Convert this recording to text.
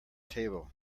table